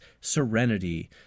Serenity